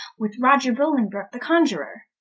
with roger bollingbrooke the coniurer?